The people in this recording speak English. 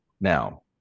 Now